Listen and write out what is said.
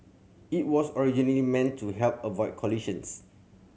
it was originally meant to help avoid collisions